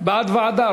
בעד ועדה.